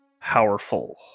powerful